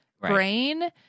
brain—